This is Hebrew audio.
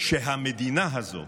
שהמדינה הזו